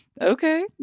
Okay